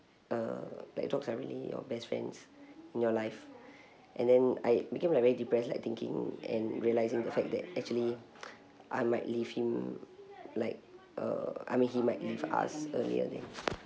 uh like dogs are really your best friends in your life and then I became like me depressed like thinking and realizing the fact that actually I might leave him like uh I mean he might leave us earlier than